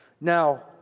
Now